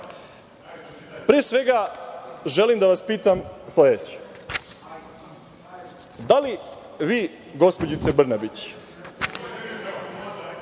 Pre svega, želim da vas pitam sledeće, da li vi, gospođice Brnabić,